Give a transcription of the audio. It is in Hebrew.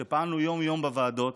שפעלנו יום-יום בוועדות,